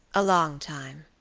a long time.